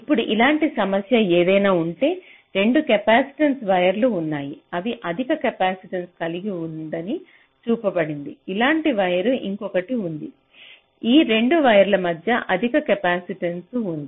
ఇప్పుడు ఇలాంటి సమస్య ఏదైనా ఉంటే 2 కెపాసిటెన్స వైర్లు ఉన్నాయి ఇవి అధిక కెపాసిటెన్స కలిగి ఉందని చూపబడింది ఇలాంటి వైర్ ఇంకోటి ఉంది ఈ 2 వైర్ల మధ్య అధిక కెపాసిటెన్స ఉంది